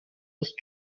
ist